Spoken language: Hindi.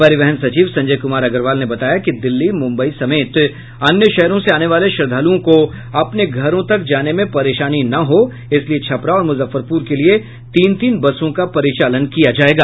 परिवहन सचिव संजय कुमार अग्रवाल ने बताया कि दिल्ली मुम्बई समेत अन्य शहरों से आने वाले श्रद्दालुओं को अपने घरों तक जाने में परेशानी न हो इसलिए छपरा और मुफ्फरपुर के लिए तीन तीन बसों का परिचालन किया जायेगा